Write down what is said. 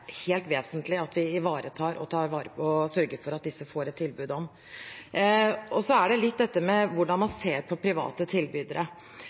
helt vesentlig at vi ivaretar og sørger for at disse får et tilbud om. Det er litt hvordan man ser på private tilbydere: